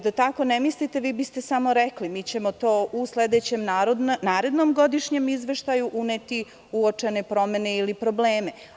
Da tako ne mislite, vi biste samo rekli – mi ćemo to u sledećem, narednom godišnjem izveštaju uneti uočene promene ili probleme.